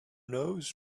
knows